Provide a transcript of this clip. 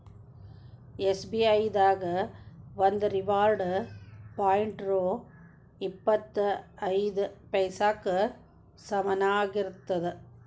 SBI ದಾಗ ಒಂದು reward point ರೊ ಇಪ್ಪತ್ ಐದ ಪೈಸಾಕ್ಕ ಸಮನಾಗಿರ್ತದ